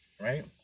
right